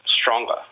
stronger